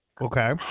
Okay